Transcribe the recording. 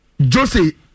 Josie